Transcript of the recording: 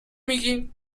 میگیم